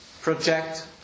project